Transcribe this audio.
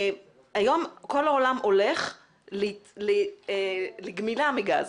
היום כל העולם הולך לגמילה מגז